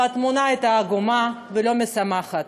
והתמונה הייתה עגומה ולא משמחת: